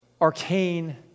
arcane